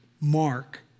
mark